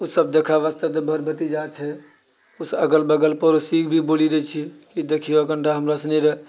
ओसभ देखय वास्ते तऽ भाय भतीजा छै किछु अगल बगल पड़ोसीकेँ भी बोलि दैत छियै कि देखियै कनिटा हमरोसनी तऽ